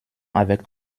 avec